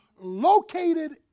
located